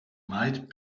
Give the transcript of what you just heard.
might